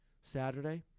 Saturday